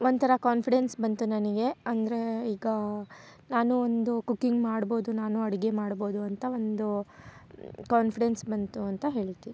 ಒಂಥರ ಕಾನ್ಫಿಡೆನ್ಸ್ ಬಂತು ನನಗೆ ಅಂದರೆ ಈಗ ನಾನು ಒಂದು ಕುಕ್ಕಿಂಗ್ ಮಾಡ್ಬೌದು ನಾನು ಅಡುಗೆ ಮಾಡ್ಬೌದು ಅಂತ ಒಂದು ಕಾನ್ಫಿಡೆನ್ಸ್ ಬಂತು ಅಂತ ಹೇಳ್ತೀನಿ